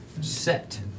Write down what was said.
set